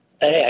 Hey